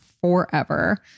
forever